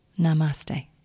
Namaste